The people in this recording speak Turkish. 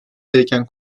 gereken